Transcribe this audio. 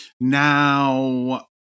Now